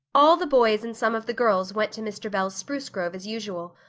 all the boys and some of the girls went to mr. bell's spruce grove as usual,